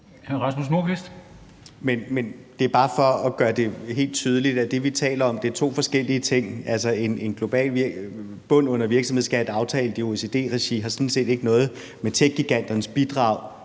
det er bare for at gøre det helt tydeligt, at det, vi taler om, er to forskellige ting. Altså, en global bund under virksomhedsskat aftalt i OECD-regi har sådan set ikke noget at gøre med techgiganternes bidrag